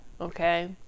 Okay